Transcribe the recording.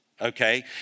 okay